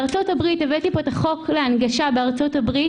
הבאתי את החוק להנגשה בארצות-הברית